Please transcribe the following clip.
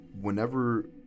whenever